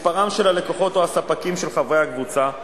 מספרם של הלקוחות או הספקים של חברי הקבוצה,